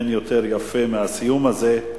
אין יותר יפה מהסיום הזה,